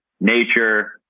nature